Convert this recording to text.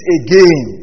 again